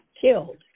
killed